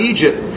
Egypt